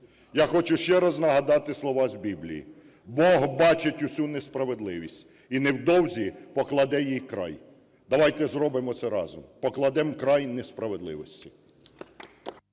Я хочу ще раз нагадати слова з Біблії: "Бог бачить усю несправедливість і невдовзі покладе їй край". Давайте зробимо це разом: покладемо край несправедливості.